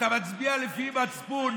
ואתה מצביע לפי מצפון,